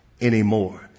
anymore